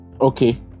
Okay